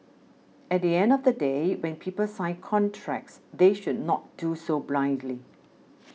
at the end of the day when people sign contracts they should not do so blindly